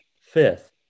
fifth